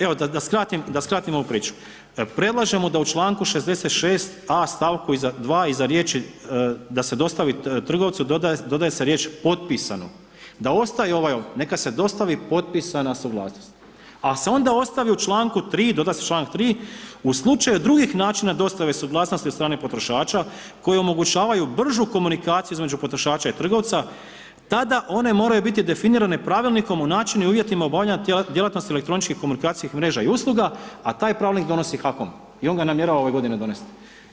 Evo da skratim ovu priču, predlažemo da u članku 66. a stavku 2. iza riječi da se dostavi trgovac doda se riječ potpisano, da ostaje ovaj, „neka se dostavi potpisana suglasnost, ali se onda ostavi u članku 3., doda se članak 3., u slučaju drugih načina dostave suglasnosti od strane potrošača koji omogućavaju bržu komunikacija između potrošača i trgovca, tada one moraju biti definirane pravilnikom o načinu i uvjetima obavljanja djelatnosti elektroničkih komunikacijskih mreža i usluga a taj pravilnik donosi HAKOM i on ga namjerava ove godine donesti.